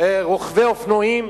רוכבי אופנועים